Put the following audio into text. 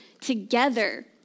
together